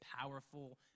powerful